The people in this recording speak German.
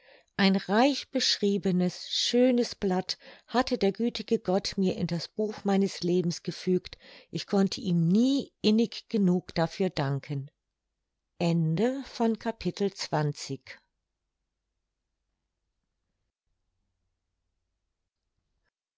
ein reich beschriebenes schönes blatt hatte der gütige gott mir in das buch meines lebens gefügt ich konnte ihm nie innig genug dafür danken